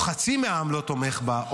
או חצי מהעם לא תומך בה,